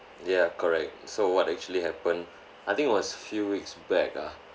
ya correct so what actually happen I think it was few weeks back ah